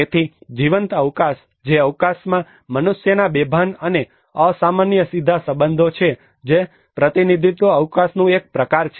તેથી જીવંત અવકાશ જે અવકાશમાં મનુષ્યના બેભાન અને અસામાન્ય સીધા સંબંધો છે જે પ્રતિનિધિત્વ અવકાશનું એક પ્રકાર છે